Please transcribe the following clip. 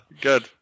Good